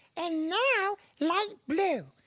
and now light blue.